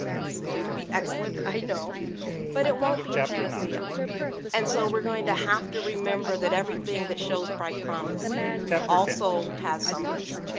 it's going to be excellent i know but it won't be a panacea and so we're going to have to remember that everything that shows bright promise also has some risk.